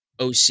OC